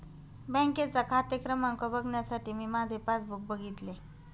बँकेचा खाते क्रमांक बघण्यासाठी मी माझे पासबुक बघितले